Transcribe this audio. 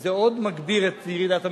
וזה עוד מגביר את ירידת המחירים.